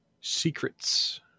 secrets